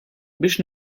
biex